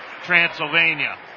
Transylvania